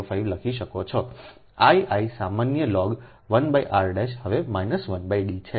4605 લખી શકો છો I I સામાન્ય લોગ 1 r હવે માઈનસ 1 D છે